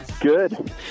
Good